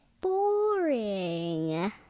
boring